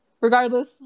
regardless